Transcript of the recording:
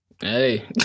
Hey